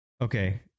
Okay